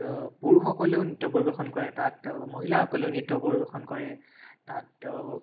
অ' পুৰুষসকলেও নৃত্য পৰিৱেশন কৰে তাত অ' মহিলাসকলেও নৃত্য পৰিৱেশন কৰে তাত অ'